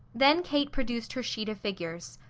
then kate produced her sheet of figures.